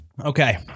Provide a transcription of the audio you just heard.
Okay